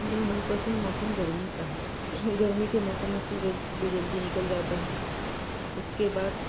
मेरा मनपसंद मौसम गर्मी का है गर्मी के मौसम में सूरज सुबह जल्दी निकल जाता है उसके बाद